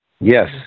Yes